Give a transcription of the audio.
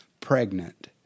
pregnant